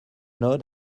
know